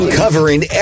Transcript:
covering